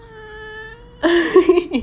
uh